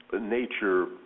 nature